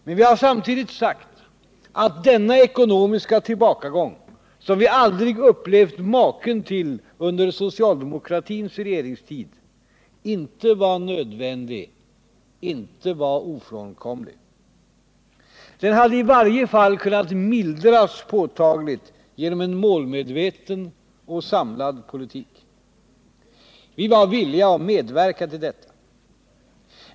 Men vi har samtidigt sagt att denna ekonomiska tillbakagång, som vi aldrig upplevt maken till under socialdemokratins regeringstid, inte var nödvändig, inte var ofrånkomlig. Den hade i varje fall kunnat mildras påtagligt genom en målmedveten och samlad politik. Vi var villiga att medverka till detta.